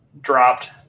dropped